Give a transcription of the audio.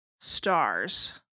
stars